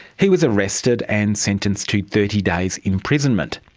he was arrested and sentenced to thirty days imprisonment.